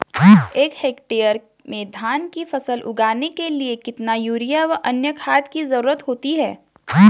एक हेक्टेयर में धान की फसल उगाने के लिए कितना यूरिया व अन्य खाद की जरूरत होती है?